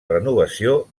renovació